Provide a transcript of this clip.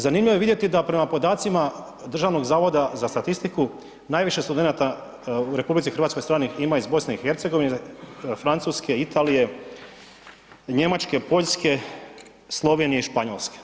Zanimljivo je vidjeti da prema podacima Državnog zavoda za statistiku, naviše studenata u RH stranih ima iz BiH-a, Francuske, Italije, Njemačke, Poljske, Slovenije i Španjolske.